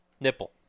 nipple